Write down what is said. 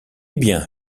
bien